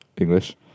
English